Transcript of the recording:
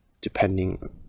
depending